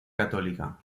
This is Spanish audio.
católica